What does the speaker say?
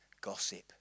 Gossip